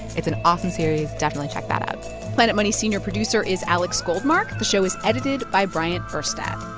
it's an awesome series. definitely check that out planet money's senior producer is alex goldmark. the show is edited by bryant urstadt.